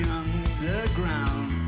underground